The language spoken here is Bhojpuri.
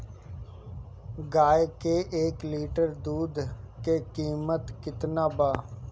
गाय के एक लीटर दूध के कीमत केतना बा?